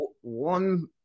one